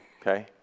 okay